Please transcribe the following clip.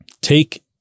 Take